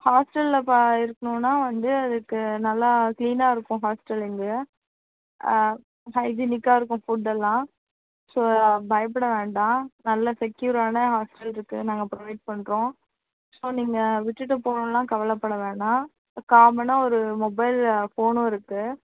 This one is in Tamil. ஹாஸ்டலில் இருக்கணும்னா வந்து அதுக்கு நல்லா கிளீனாக இருக்கும் ஹாஸ்டல் இங்கே ஹைஜீனிக்காக இருக்கும் ஃபுட் எல்லாம் ஸோ பயப்பட வேண்டாம் நல்ல செக்கியூரான ஹாஸ்டல் இருக்குது நாங்கள் புரோவைட் பண்ணுறோம் ஸோ நீங்கள் விட்டுட்டு போணும்லாம் கவலைப்பட வேண்டாம் காமனாக ஒரு மொபைலு ஃபோனும் இருக்குது